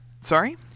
sorry